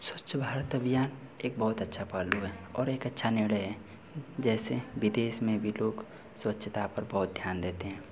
स्वच्छ भारत अभियान एक बहुत अच्छा पहलू है और एक अच्छा निर्णय है जैसे विदेश में भी लोग स्वच्छता पर बहुत ध्यान देते हैं